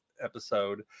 episode